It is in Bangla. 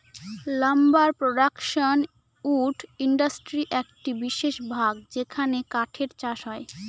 লাম্বার প্রডাকশন উড ইন্ডাস্ট্রির একটি বিশেষ ভাগ যেখানে কাঠের চাষ হয়